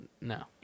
No